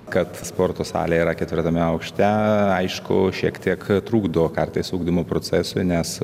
kad sporto salė yra ketvirtame aukšte aišku šiek tiek trukdo kartais ugdymo procesui nes